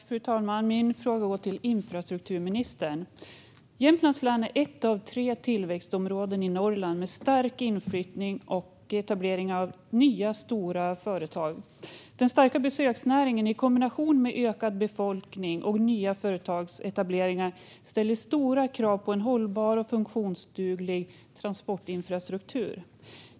Fru talman! Min fråga går till infrastrukturministern. Jämtlands län är ett av tre tillväxtområden i Norrland med stor inflyttning och etablering av nya, stora företag. Den starka besöksnäringen i kombination med ökad befolkning och nya företagsetableringar ställer stora krav på hållbar och funktionsduglig transportinfrastruktur.